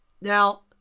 Now